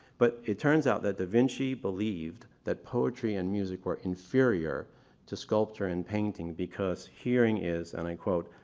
but it turns out that da vinci believed that poetry and music were inferior to sculpture and painting because hearing is and i quote,